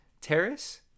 Terrace